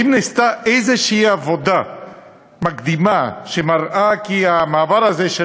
האם נעשתה איזושהי עבודה מקדימה שמראה כי המעבר הזה של